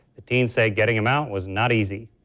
the teens say getting him out was not easy.